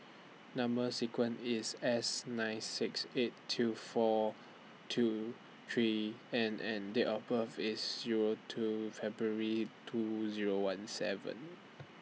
Number sequence IS S nine six eight two four two three N and Date of birth IS Zero two February two Zero one seven